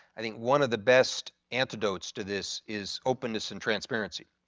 i think one of the best antidotes to this is open this in transparency.